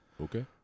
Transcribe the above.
Okay